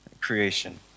creation